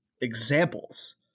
examples